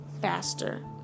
faster